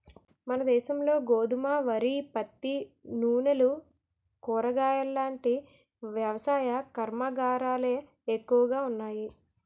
మనదేశంలో గోధుమ, వరి, పత్తి, నూనెలు, కూరగాయలాంటి వ్యవసాయ కర్మాగారాలే ఎక్కువగా ఉన్నాయి